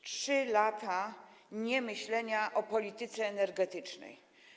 3 lata niemyślenia o polityce energetycznej.